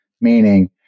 meaning